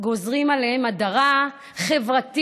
גוזרים עליהם הדרה חברתית,